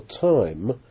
time